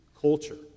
culture